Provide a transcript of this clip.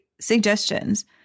suggestions